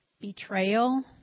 Betrayal